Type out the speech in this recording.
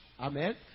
Amen